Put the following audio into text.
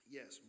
Yes